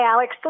Alex